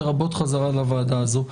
לרבות חזרה לוועדה הזו.